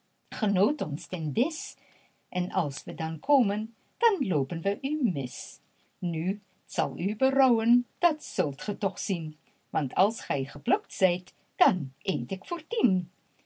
noodt ons ten disch en als we dan komen dan loopen we u mis nu t zal u berouwen dat zult ge toch zien want als gij geplukt zijt dan eet ik